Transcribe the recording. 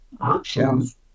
options